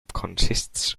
consists